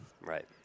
Right